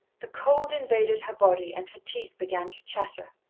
the cold invaded her body and her teeth began to chatter.